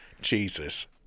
Jesus